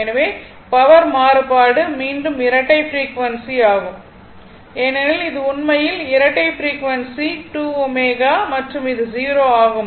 எனவே பவர் மாறுபாடு மீண்டும் இரட்டை ஃப்ரீக்வன்சி ஆகும் ஏனெனில் இது உண்மையில் இரட்டை ஃப்ரீக்வன்சி 2ω மற்றும் இது 0 ஆகும்